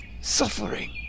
suffering